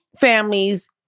families